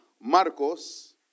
Marcos